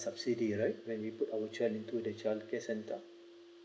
subsidy right when we put our children into the childcare center